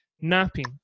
napping